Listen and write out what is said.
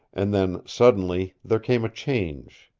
and then suddenly, there came a change.